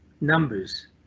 numbers